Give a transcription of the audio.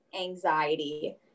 anxiety